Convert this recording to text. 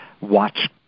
watch